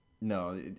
No